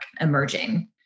emerging